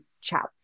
chats